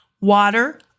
Water